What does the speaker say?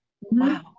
Wow